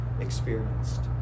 experienced